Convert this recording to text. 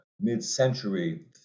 mid-century